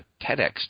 TEDx